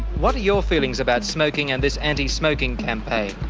what are your feelings about smoking and this anti-smoking campaign?